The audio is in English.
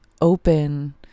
open